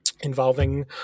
involving